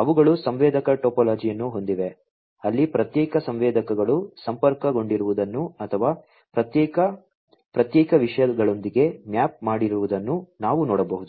ಅವುಗಳು ಸಂವೇದಕ ಟೋಪೋಲಜಿಯನ್ನು ಹೊಂದಿವೆ ಅಲ್ಲಿ ಪ್ರತ್ಯೇಕ ಸಂವೇದಕಗಳು ಸಂಪರ್ಕಗೊಂಡಿರುವುದನ್ನು ಅಥವಾ ಪ್ರತ್ಯೇಕ ಪ್ರತ್ಯೇಕ ವಿಷಯಗಳೊಂದಿಗೆ ಮ್ಯಾಪ್ ಮಾಡಿರುವುದನ್ನು ನಾವು ನೋಡಬಹುದು